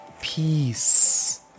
Peace